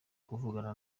kuvugana